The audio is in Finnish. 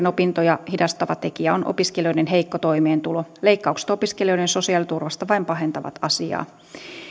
opintoja hidastava tekijä on opiskelijoiden heikko toimeentulo leikkaukset opiskelijoiden sosiaaliturvasta vain pahentavat asiaa